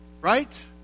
Right